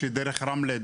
דרך רמלה,